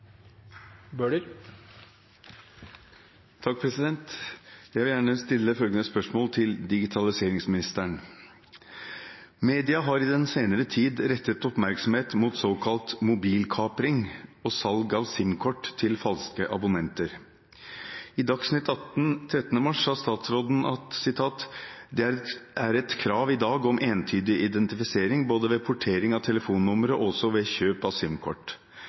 har i den senere tid rettet oppmerksomhet mot såkalt mobilkapring og salg av SIM-kort til falske abonnenter. I Dagsnytt 18 13. mars sa statsråden at «det er et krav i dag om entydig identifisering både ved portering av telefonnumre og også ved kjøp av